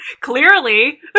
Clearly